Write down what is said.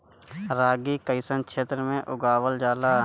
रागी कइसन क्षेत्र में उगावल जला?